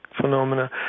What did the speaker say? phenomena